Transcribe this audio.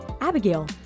Abigail